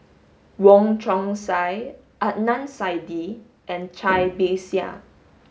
Wong Chong Sai Adnan Saidi and Cai Bixia